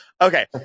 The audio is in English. Okay